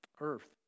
earth